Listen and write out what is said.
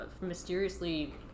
mysteriously